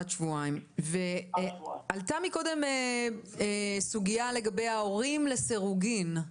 עד שבועיים ועלתה פה מקודם סוגייה לגבי ההורים לסירוגין,